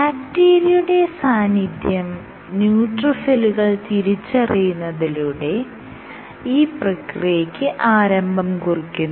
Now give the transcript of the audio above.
ബാക്ടീരിയയുടെ സാന്നിധ്യം ന്യൂട്രോഫിലുകൾ തിരിച്ചറിയുന്നത്തിലൂടെ ഈ പ്രക്രിയയ്ക്ക് ആരംഭം കുറിക്കുന്നു